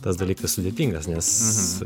tas dalykas sudėtingas nes